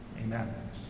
Amen